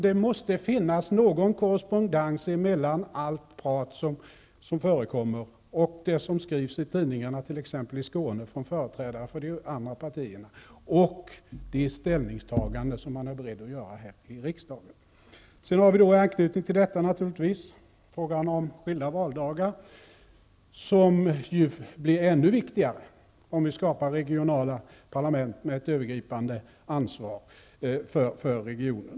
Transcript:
Det måste finnas någon korrespondens mellan å ena sidan allt prat som förekommer och det som skrivs i tidningarna t.ex. i Skåne från företrädare för de andra partierna och å andra sidan det ställningstagande man är beredd att göra här i riksdagen. I anknytning till detta kan man naturligtvis nämna frågan om skilda valdagar, som ju blir ännu viktigare om vi skapar regionala parlament med ett övergripande ansvar för regionen.